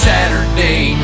Saturday